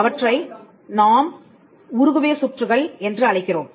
அவற்றை நாம் உருகுவே சுற்றுகள் என்று அழைக்கிறோம்